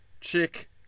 Chick